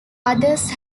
others